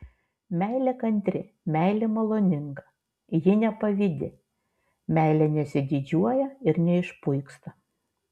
meilė kantri meilė maloninga ji nepavydi meilė nesididžiuoja ir neišpuiksta